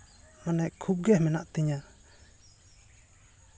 ᱢᱟᱱᱮ ᱠᱷᱩᱵᱽ ᱜᱮ ᱢᱮᱱᱟᱜ ᱛᱤᱧᱟ